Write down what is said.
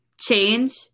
change